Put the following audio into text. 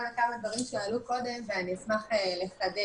לכמה דברים שעלו קודם ואני אשמח לחדד.